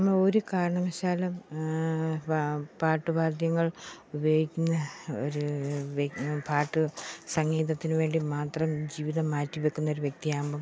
നമ്മൾ ഒരു കാരണവശാലും വെ പാട്ട് വാദ്യങ്ങൾ ഉപയോഗിക്കുന്ന ഒരു വെ പാട്ട് സംഗീതത്തിന് വേണ്ടി മാത്രം ജീവിതം മാറ്റി വയ്ക്കുന്ന ഒരു വ്യക്തി ആവുമ്പം